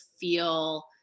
feel